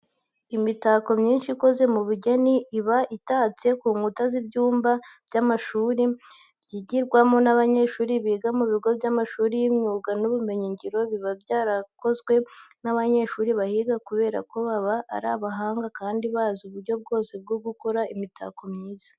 Imitako myinshi ikoze mu bugeni iba itatse ku nkuta z'ibyumba by'amashuri, byigirwamo n'abanyeshuri biga mu bigo by'amashuri y'imyuga n'ubumenyingiro, biba byarakozwe n'abanyeshuri bahiga kubera ko baba ari abahanga kandi bazi uburyo bwose bwo gukora imitako myiza.